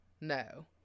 No